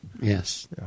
Yes